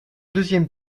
deuxième